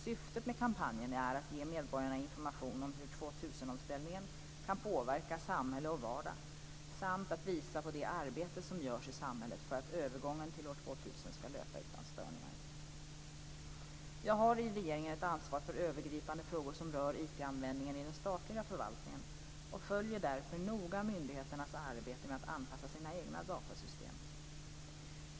Syftet med kampanjen är att ge medborgarna information om hur 2000-omställningen kan påverka samhälle och vardag samt att visa på det arbete som görs i samhället för att övergången till år 2000 skall löpa utan störningar. Jag har i regeringen ett ansvar för övergripande frågor som rör IT-användningen i den statliga förvaltningen och följer därför noga myndigheternas arbete med att anpassa sina egna datasystem.